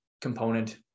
component